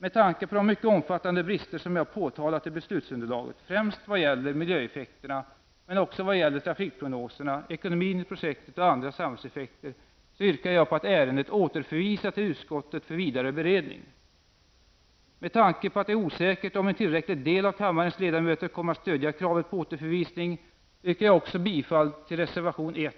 Med tanke på de mycket omfattande brister som jag påtalat i beslutsunderlaget, främst vad gäller miljöeffekterna men också vad gäller trafikprognoserna, ekonomin i projektet och andra samhällseffekter, så yrkar jag på att ärendet återförvisas till utskottet för vidare beredning. Med tanke på att det är osäkert om en tillräcklig del av kammarens ledamöter kommer att stödja kravet på återförvisning yrkar jag också bifall till reservation 1,